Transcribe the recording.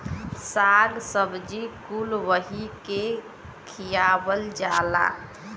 शाक सब्जी कुल वही के खियावल जाला